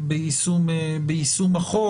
בנושא יישום החוק.